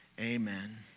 Amen